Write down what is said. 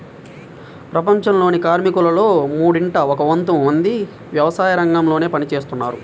ప్రపంచంలోని కార్మికులలో మూడింట ఒక వంతు మంది వ్యవసాయరంగంలో పని చేస్తున్నారు